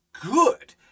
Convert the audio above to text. good